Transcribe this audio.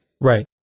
Right